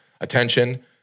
attention